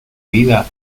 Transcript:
vida